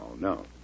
no